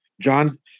John